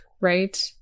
right